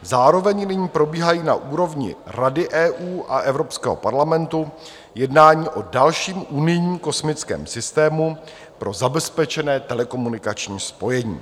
Zároveň nyní probíhají na úrovni Rady EU a Evropského parlamentu jednání o dalším unijním kosmickém systému pro zabezpečené telekomunikační spojení.